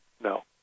No